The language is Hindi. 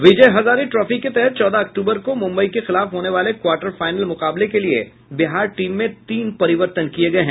विजय हजारे ट्रॉफी के तहत चौदह अक्टूबर को मुम्बई के खिलाफ होने वाले क्वार्टर फाइनल मुकाबले के लिये बिहार टीम में तीन परिवर्तन किये गये हैं